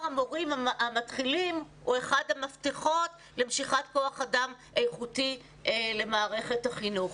המורים המתחילים הוא אחד המפתחות למשיכת כוח אדם איכותי למערכת החינוך.